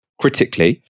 Critically